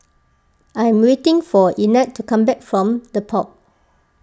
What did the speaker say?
I am waiting for Ignatz to come back from the Pod